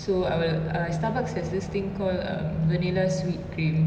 so I will uh starbucks has this thing called uh vanilla sweet cream